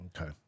okay